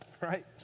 right